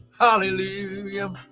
Hallelujah